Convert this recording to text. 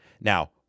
Now